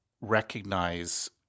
recognize